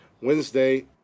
Wednesday